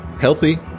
healthy